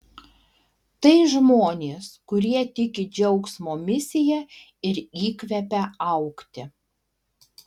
tai žmonės kurie tiki džiaugsmo misija ir įkvepia augti